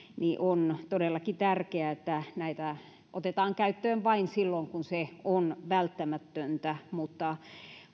niin on todellakin tärkeää että näitä otetaan käyttöön vain silloin kun se on välttämätöntä mutta